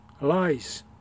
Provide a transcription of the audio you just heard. lies